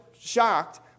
shocked